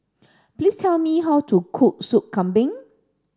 please tell me how to cook Sup Kambing